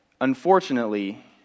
Unfortunately